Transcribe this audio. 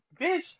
bitch